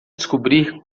descobrir